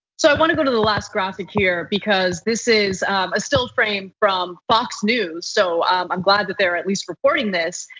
so i want to go to the last graphic here because this is a still frame from fox news. so i'm glad that they're at least reporting this.